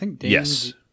Yes